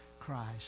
Christ